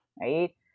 Right